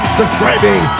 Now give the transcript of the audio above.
subscribing